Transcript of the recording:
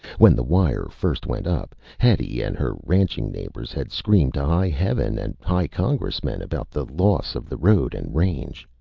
when the wire first went up, hetty and her ranching neighbors had screamed to high heaven and high congressmen about the loss of the road and range.